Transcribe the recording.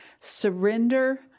surrender